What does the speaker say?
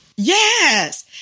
Yes